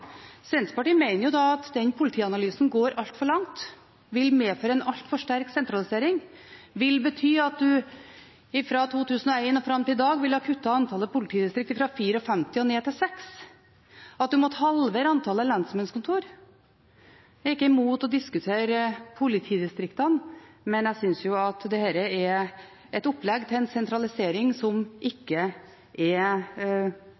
Senterpartiet mener jo da at den Politianalysen går altfor langt, vil medføre en altfor sterk sentralisering, vil bety at man fra 2001 og fram til i dag ville ha kuttet antallet politidistrikter fra 54 og ned til 6, og at man måtte halvere antallet lensmannskontor. Jeg er ikke imot å diskutere politidistriktene, men jeg syns jo at dette er et opplegg til en sentralisering som